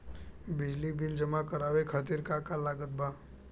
बिजली बिल जमा करावे खातिर का का लागत बा?